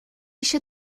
eisiau